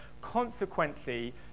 Consequently